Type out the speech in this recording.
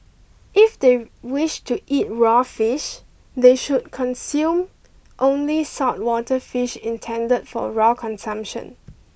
if they wish to eat raw fish they should consume only saltwater fish intended for raw consumption